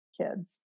kids